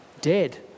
dead